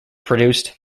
produced